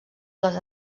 les